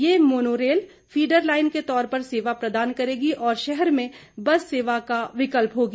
immuno rail feeder line के तौर पर सेवा प्रदान करेगी और शहर में बस सेवा का विकल्प होगी